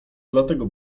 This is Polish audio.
dlatego